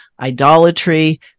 idolatry